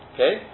Okay